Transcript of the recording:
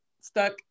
stuck